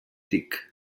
tic